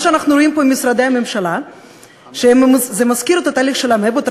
מה שאנחנו רואים פה עם משרדי הממשלה מזכיר את התהליך אצל האמבות,